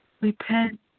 Repent